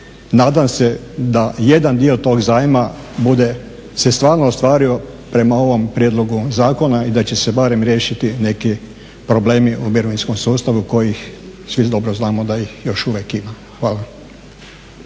nadam se da jedan dio tog zajma bude se stvarno ostvario prema ovom prijedlogu zakona i da će se barem riješiti neki problemi u mirovinskom sustavu kojih svi dobro znamo da ih još uvijek ima. Hvala.